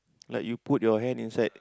like you put your hand inside